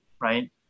Right